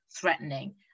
threatening